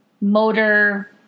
motor